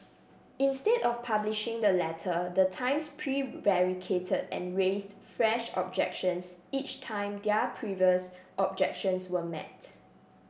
instead of publishing the letter the Times prevaricated and raised fresh objections each time their previous objections were met